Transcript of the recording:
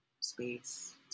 space